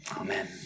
Amen